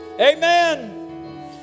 Amen